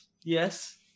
Yes